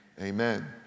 amen